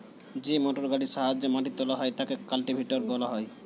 যে মোটরগাড়ির সাহায্যে মাটি তোলা হয় তাকে কাল্টিভেটর বলা হয়